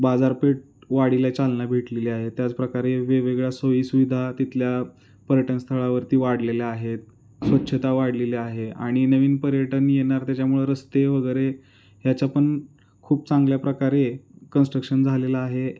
बाजारपेठ वाढीला चालना भेटलेली आहे त्याचप्रकारे वेगवेगळ्या सोयीसुविधा तिथल्या पर्यटनस्थळावरती वाढलेल्या आहेत स्वच्छता वाढलेल्या आहे आणि नवीन पर्यटन येणार त्याच्यामुळं रस्ते वगैरे ह्याचा पण खूप चांगल्या प्रकारे कनस्ट्रक्शन झालेलं आहे